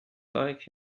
like